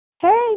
Hey